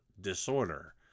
disorder